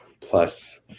plus